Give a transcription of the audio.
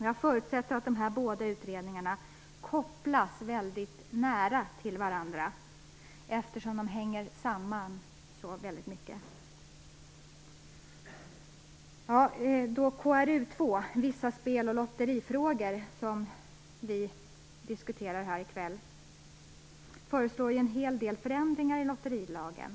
Jag förutsätter att dessa båda utredningar kopplas väldigt nära till varandra eftersom de hänger samman så intimt. I betänkandet KrU2 om vissa spel och lotterifrågor som vi diskuterar här i kväll föreslås en hel del förändringar i lotterilagen.